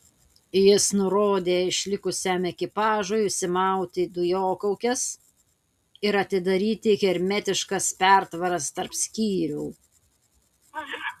jis nurodė išlikusiam ekipažui užsimauti dujokaukes ir atidaryti hermetiškas pertvaras tarp skyrių